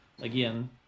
again